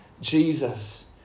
Jesus